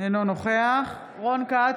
אינו נוכח רון כץ,